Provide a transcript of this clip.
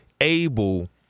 able